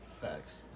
Facts